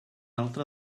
altra